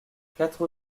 quatre